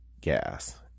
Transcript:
gas